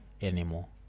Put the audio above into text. anymore